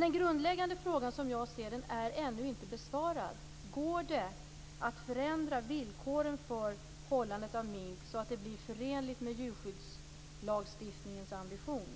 Den grundläggande frågan är ännu inte besvarad: Går det att förändra villkoren för hållandet av mink så att det blir förenligt med djurskyddslagens ambition?